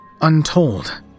untold